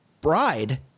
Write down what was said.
bride